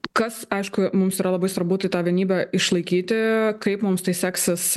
kas aišku mums yra labai svarbu tai tą vienybę išlaikyti kaip mums tai seksis